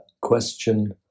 question